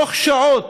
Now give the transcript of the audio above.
תוך שעות,